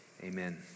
Amen